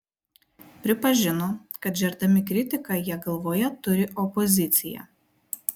pripažino kad žerdami kritiką jie galvoje turi opoziciją